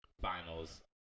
finals